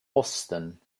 osten